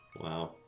Wow